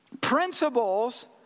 principles